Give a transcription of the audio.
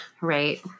right